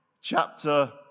chapter